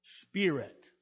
spirit